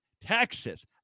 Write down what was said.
Texas